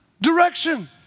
direction